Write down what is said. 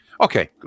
okay